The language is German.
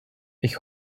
ich